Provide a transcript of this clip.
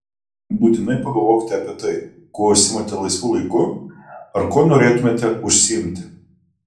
būtinai pagalvokite apie tai kuo užsiimate laisvu laiku ar kuo norėtumėte užsiimti